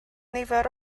nifer